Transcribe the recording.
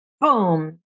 boom